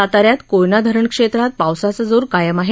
साताऱ्यात कोयना धरण क्षेत्रात पावसाचा जोर कायम आहे